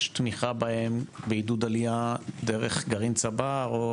תמיכה בהם בעידוד עלייה דרך גרעין צבר.